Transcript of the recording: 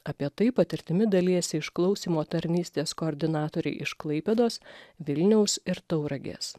apie tai patirtimi dalijasi išklausymo tarnystės koordinatoriai iš klaipėdos vilniaus ir tauragės